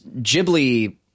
Ghibli